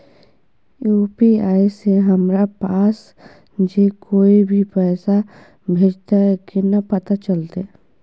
UPI से हमरा पास जे कोय भी पैसा भेजतय केना पता चलते?